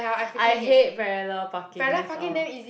I hate parallel parking that's all